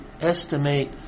estimate